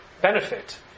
benefit